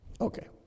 Okay